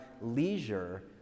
leisure